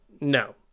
no